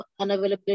unavailability